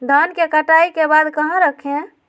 धान के कटाई के बाद कहा रखें?